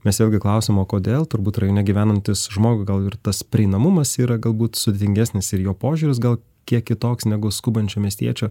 mes vėlgi klausiam o kodėl turbūt rajone gyvenantis žmogui gal ir tas prieinamumas yra galbūt sudėtingesnis ir jo požiūris gal kiek kitoks negu skubančių miestiečių